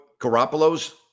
Garoppolo's